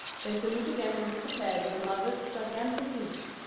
they salute again and disappear with another gigantic leap.